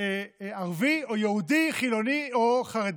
ערבי ליהודי, בין חילוני לחרדי.